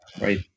right